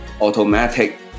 automatic